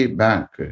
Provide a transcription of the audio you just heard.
bank